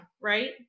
right